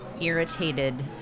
irritated